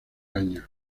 años